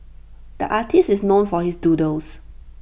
the artist is known for his doodles